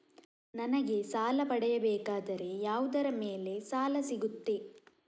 ನನಗೆ ಸಾಲ ಪಡೆಯಬೇಕಾದರೆ ಯಾವುದರ ಮೇಲೆ ಸಾಲ ಸಿಗುತ್ತೆ?